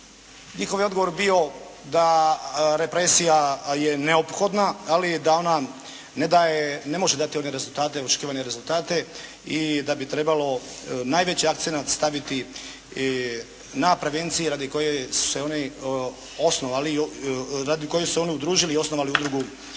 Njihov je odgovor bio da represija je neophodna ali da ona ne daje, ne može dati one rezultate, očekivane rezultate i da bi trebalo najveći akcenat staviti na prevencije radi koje su se one osnovali, radi